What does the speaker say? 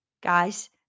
guys